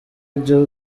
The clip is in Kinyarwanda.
ibya